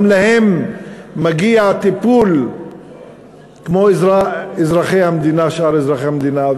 גם להם מגיע טיפול כמו לשאר אזרחי המדינה.